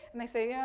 and they say, yeah